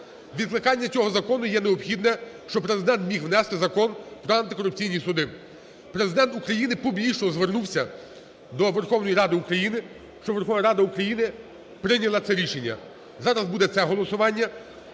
Відкликання цього закону є необхідне, щоб Президент зміг внести закон про антикорупційні суди. Президент України публічно звернувся до Верховної Ради України, щоб Верховної Ради України прийняла це рішення. Зараз буде це голосування.